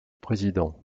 président